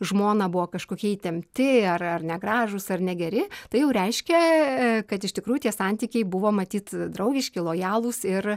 žmona buvo kažkokie įtempti ar ar negražūs ar negeri tai jau reiškia kad iš tikrųjų tie santykiai buvo matyt draugiški lojalūs ir